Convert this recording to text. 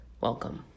Welcome